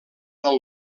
del